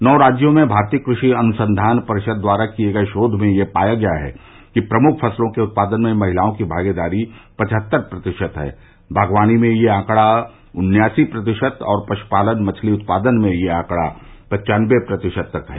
नौ राज्यों में भारतीय कृषि अनुसंघान परिषद द्वारा किए गए शोघ में यह पाया गया कि प्रमुख फसलों के उत्पादन में महिलाओं की भागीदारी पचहत्तर प्रतिशत है बागवानी में यह आंकडा उन्यासी प्रतिशत और पशुपालन मछली उत्पादन में यह आंकडा पन्चानबे प्रतिशत तक है